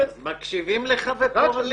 מקשיבים לך ופועלים.